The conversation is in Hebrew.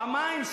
פעמיים,